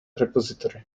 repository